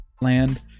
land